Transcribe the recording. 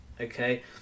Okay